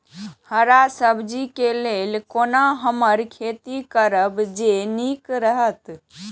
हरा सब्जी के लेल कोना हम खेती करब जे नीक रहैत?